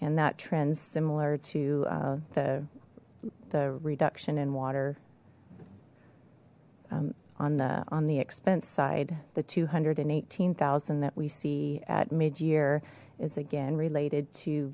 and that trends similar to the reduction in water on the on the expense side the two hundred and eighteen thousand that we see at mid year is again related to